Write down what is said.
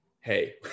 hey